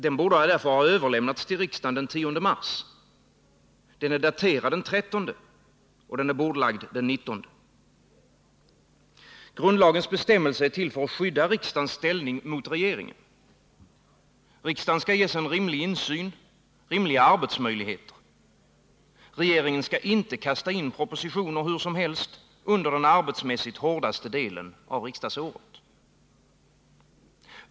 Den borde därför ha överlämnats till riksdagen den 10 mars. Den är daterad den 13. Den är bordlagd den 19. Grundlagens bestämmelse är till för att skydda riksdagens ställning mot regeringen. Riksdagen skall ges rimlig insyn, rimliga arbetsmöjligheter. Regeringen skall inte kasta in propositioner hur som helst under den arbetsmässigt hårdaste delen av riksdagsåret.